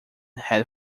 had